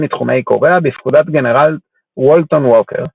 מתחומי קוריאה בפקודת גנרל וולטון ווקר,